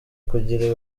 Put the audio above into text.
kugira